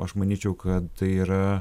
aš manyčiau kad tai yra